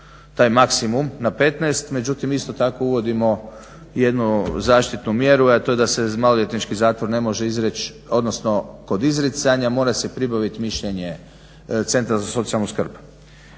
taj maksimum na 15. Međutim, isto tako uvodimo jednu zaštitnu mjeru, a to je da se za maloljetnički zatvor ne može izreći, odnosno kod izricanja mora se pribavit mišljenje Centra za socijalnu skrb.